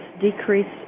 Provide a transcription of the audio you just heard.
decreased